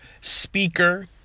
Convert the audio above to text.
speaker